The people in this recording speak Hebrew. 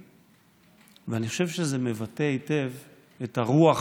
ואני חושב שזה מבטא היטב את הרוח